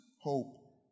Hope